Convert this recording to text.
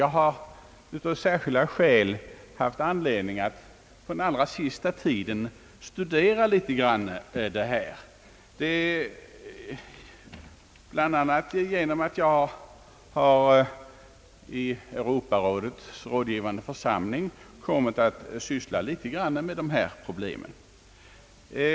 Jag har av särskilda skäl haft anledning att under den allra senaste tiden något studera dessa frågor, bl.a. genom att jag i Europarådets rådgivande församling kommit i beröring med problemen.